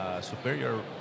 superior